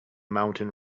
mountain